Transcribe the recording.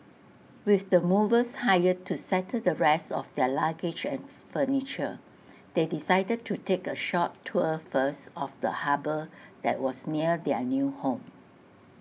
with the movers hired to settle the rest of their luggage and furniture they decided to take A short tour first of the harbour that was near their new home